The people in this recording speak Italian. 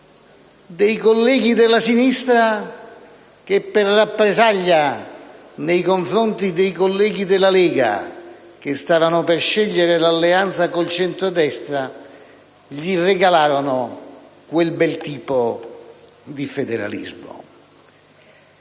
dei colleghi della sinistra che, per rappresaglia nei confronti dei colleghi della Lega che stavano per scegliere l'alleanza con il centrodestra, regalarono loro quel bel tipo di federalismo.